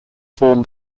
form